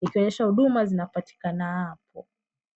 ikionyesha huduma zinapatikana hapo.